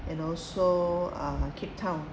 and also uh cape town